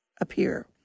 appear